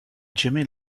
jimmy